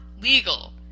legal